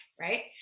right